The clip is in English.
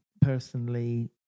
personally